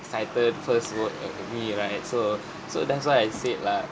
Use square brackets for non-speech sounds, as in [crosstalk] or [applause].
excited first work at we right so [breath] so that's why said like